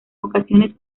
ocasiones